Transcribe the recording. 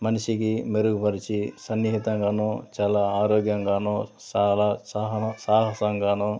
మనిషికి మెరుగుపరిచి సన్నిహితంగానూ చాలా ఆరోగ్యంగానూ చాలా సహనం సాహసంగానూ